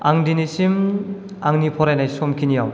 आं दिनैसिम आंनि फरायनाय समखिनियाव